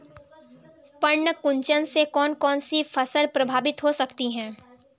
पर्ण कुंचन से कौन कौन सी फसल प्रभावित हो सकती है?